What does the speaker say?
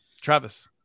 Travis